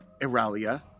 Iralia